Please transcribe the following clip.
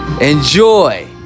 Enjoy